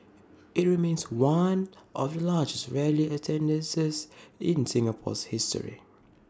IT remains one of the largest rally attendances in Singapore's history